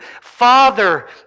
Father